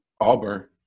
Auburn